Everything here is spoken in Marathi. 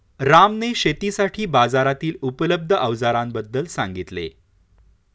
रामने शेतीसाठी बाजारातील उपलब्ध अवजारांबद्दल सांगितले